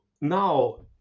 now